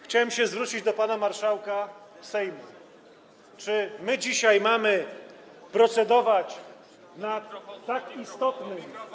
Chciałem się zwrócić do pana marszałka Sejmu: Czy dzisiaj mamy procedować nad tak istotnym.